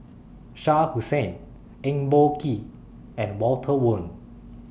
Shah Hussain Eng Boh Kee and Walter Woon